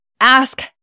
ask